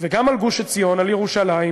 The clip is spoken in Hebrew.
וגם על גוש-עציון, על ירושלים,